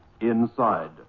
inside